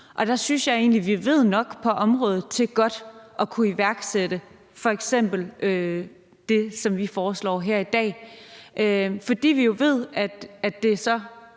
nu. Der synes jeg egentlig, vi ved nok på området til godt at kunne iværksætte f.eks. det, som vi foreslår her i dag, fordi vi jo ved, at det så